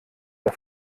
der